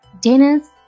Dennis